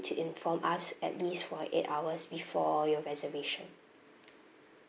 to inform us at least for eight hours before your reservation